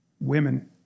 women